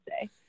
say